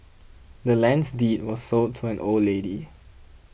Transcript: the land's deed was sold to an old lady